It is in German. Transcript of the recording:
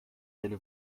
seine